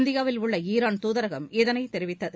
இந்தியாவில் உள்ள ஈரான் தூதரகம் இதனை தெரிவித்தது